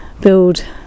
build